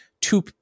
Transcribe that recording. two